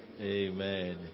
Amen